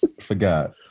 Forgot